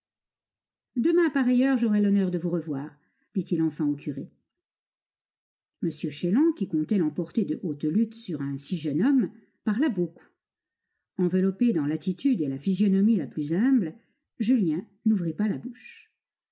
demain à pareille heure j'aurai l'honneur de vous revoir dit-il enfin au curé m chélan qui comptait l'emporter de haute lutte sur un si jeune homme parla beaucoup enveloppé dans l'attitude et la physionomie la plus humble julien n'ouvrit pas la bouche